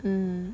mm